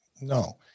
No